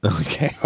Okay